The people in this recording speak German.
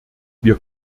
wir